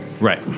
Right